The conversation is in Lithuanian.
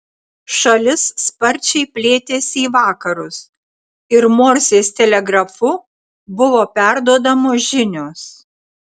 šalis sparčiai plėtėsi į vakarus ir morzės telegrafu buvo perduodamos žinios